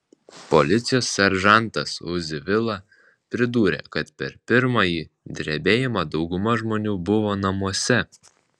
policijos seržantas uzi vila pridūrė kad per pirmąjį drebėjimą dauguma žmonių buvo namuose